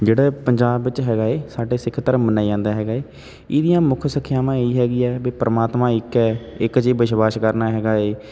ਜਿਹੜਾ ਪੰਜਾਬ ਵਿੱਚ ਹੈਗਾ ਹੈ ਸਾਡੇ ਸਿੱਖ ਧਰਮ ਮੰਨਿਆ ਜਾਂਦਾ ਹੈਗਾ ਹੈ ਇਹਦੀਆਂ ਮੁੱਖ ਸਿੱਖਿਆਵਾਂ ਇਹੀ ਹੈਗੀਆਂ ਵੀ ਪ੍ਰਮਾਤਮਾ ਇੱਕ ਹੈ ਇੱਕ 'ਚ ਹੀ ਵਿਸ਼ਵਾਸ਼ ਕਰਨਾ ਹੈਗਾ ਹੈ